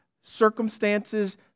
circumstances